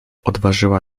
odważyła